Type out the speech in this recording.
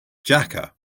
jaka